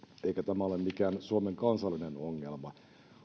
eikä tämä ole mikään suomen kansallinen ongelma